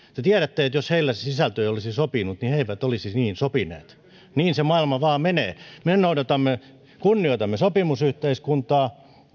te tiedätte että jos heille se sisältö ei olisi sopinut he eivät olisi niin sopineet niin se maailma vaan menee me kunnioitamme sopimusyhteiskuntaa